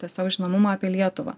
tiesiog žinomumą apie lietuvą